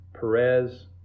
perez